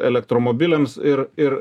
elektromobiliams ir ir